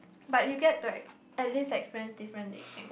but you get to ex~ at least experience different living